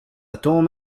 توم